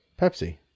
Pepsi